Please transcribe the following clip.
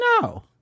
no